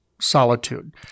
Solitude